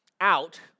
out